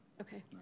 Okay